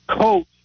coach